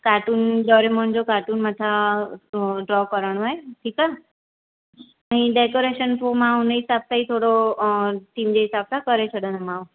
काटून Doraemon जो cartoon मथां draw कराइण आहे ठीकु आहे ऐं डेकोरेशन पोइ मां हुन हिसाब सां ई थोरो थीम जे हिसाब सां करे छॾंदमांव